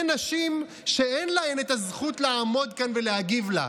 נשים שאין להן את הזכות לעמוד כאן ולהגיב לה,